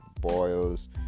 boils